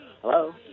hello